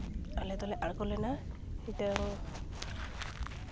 ᱟᱞᱮ ᱫᱚᱞᱮ ᱟᱬᱜᱚ ᱞᱮᱱᱟ